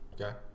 Okay